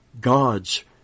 God's